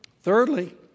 Thirdly